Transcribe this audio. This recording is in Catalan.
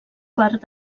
part